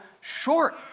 short